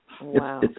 Wow